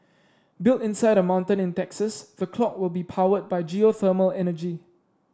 built inside a mountain in Texas the clock will be powered by geothermal energy